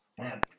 Man